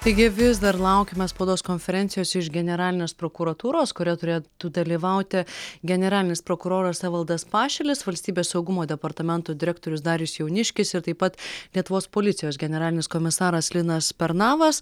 taigi vis dar laukiame spaudos konferencijos iš generalinės prokuratūros kurioje turėtų dalyvauti generalinis prokuroras evaldas pašilis valstybės saugumo departamento direktorius darius jauniškis ir taip pat lietuvos policijos generalinis komisaras linas pernavas